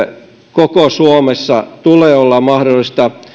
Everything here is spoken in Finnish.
koko suomessa tulee olla mahdollista